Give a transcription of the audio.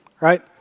right